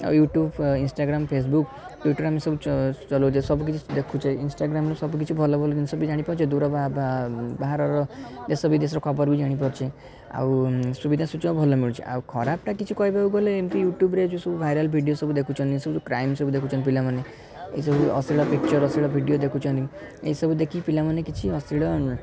ଆଉ YouTube Instagram Facebook Twitter ଆମେ ସବୁ ଚଲାଉଛେ ସବୁ କିଛି ଦେଖୁଛେ ଇନଷ୍ଟାଗ୍ରାମ୍ ସବୁ କିଛି ଭଲ ଭଲ ଜିନିଷ ବି ଜାଣିପାରୁଛେ ଦୂର ବାହରର ଦେଶବିଦେଶର ଖବର ବି ଜାଣିପାରୁଛେ ଆଉ ସୁବିଧା ସୁଯୋଗ ଭଲ ମିଳୁଛି ଆଉ ଖରାପଟା କିଛି କହିବାକୁ ଗଲେ ଏମିତି ୟୁଟ୍ୟୁବରେ ଯେଉଁ ସବୁ ଭାଇରାଲ୍ ଭିଡ଼ିଓ ସବୁ ଦେଖୁଛନ୍ତି ଏ ସବୁ କ୍ରାଇମ୍ ସବୁ ଦେଖୁଛନ୍ତି ପିଲାମାନେ ଏହିସବୁ ଅଶ୍ଳୀଳ ପିକ୍ଚର ଅଶ୍ଳୀଳ ଭିଡ଼ିଓ ଦେଖୁଛନ୍ତି ଏହିସବୁ ଦେଖି ପିଲାମାନେ କିଛି ଅଶ୍ଳୀଳ